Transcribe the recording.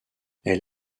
elle